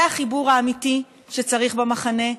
זה החיבור האמיתי שצריך במחנה,